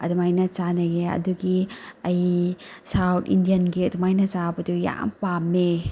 ꯑꯗꯨꯃꯥꯏꯅ ꯆꯅꯩꯑꯦ ꯑꯗꯨꯒꯤ ꯑꯩ ꯁꯥꯎꯊ ꯏꯟꯗꯤꯌꯥꯟꯒꯤ ꯑꯗꯨꯃꯥꯏꯅ ꯆꯥꯕꯗꯣ ꯌꯥꯝ ꯄꯥꯝꯃꯦ